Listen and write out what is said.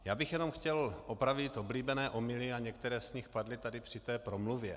Já bych jenom chtěl opravit oblíbené omyly, a některé z nich padly tady při té promluvě.